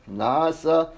nasa